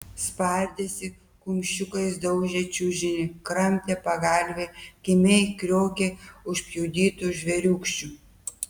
spardėsi kumščiukais daužė čiužinį kramtė pagalvę kimiai kriokė užpjudytu žvėriūkščiu